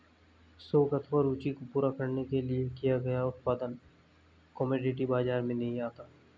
शौक अथवा रूचि को पूरा करने के लिए किया गया उत्पादन कमोडिटी बाजार में नहीं आता